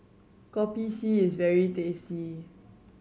Kopi C is very tasty